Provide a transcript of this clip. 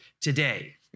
today